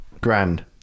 Grand